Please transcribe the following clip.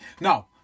No